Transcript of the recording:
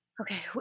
Okay